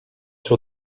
sur